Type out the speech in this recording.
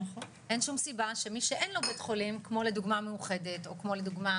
אין שום סיבה שאם שאין לו בית חולים כמו לדוגמא מאוחדת או כמו לדוגמא